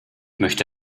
möchte